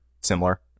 similar